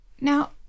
Now